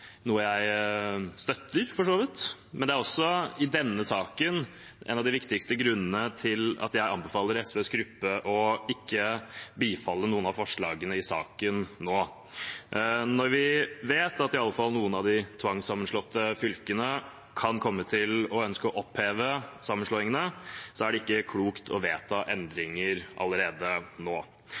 av de viktigste grunnene til at jeg anbefaler SVs gruppe å ikke bifalle noen av forslagene i saken nå. Når vi vet at i alle fall noen av de tvangssammenslåtte fylkene kan komme til å ønske å oppheve sammenslåingene, er det ikke klokt å vedta endringer allerede nå.